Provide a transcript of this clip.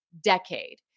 decade